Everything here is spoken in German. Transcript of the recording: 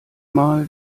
mal